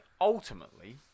ultimately